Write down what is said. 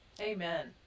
Amen